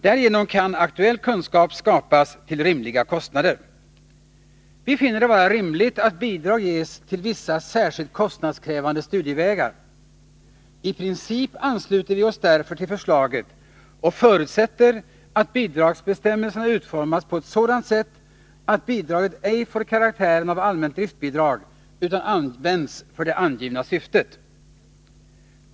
Därigenom kan aktuell kunskap skapas till rimliga kostnader. Vi finner det vara rimligt att bidrag ges till vissa särskilt kostnadskrävande studievägar. I princip ansluter vi oss därför till förslaget och förutsätter att bidragsbestämmelserna utformas på ett sådant sätt att bidraget ej får karaktären av allmänt driftbidrag utan används för det angivna syftet.